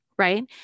Right